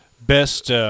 Best